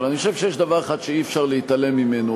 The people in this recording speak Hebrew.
אבל אני חושב שיש דבר אחד שאי-אפשר להתעלם ממנו,